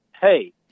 Hey